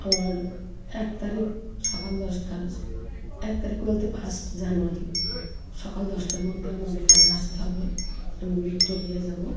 আর এক তারিখ সকাল দশটা এক তারিখ বলতে ফার্স্ট জানুয়ারি সকাল দশটার মধ্যে আমার এখানে আসতে হবে আমি ভিক্টোরিয়ায় যাবো